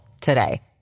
today